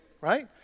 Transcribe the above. right